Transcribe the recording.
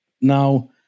now